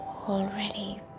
already